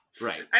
Right